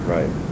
Right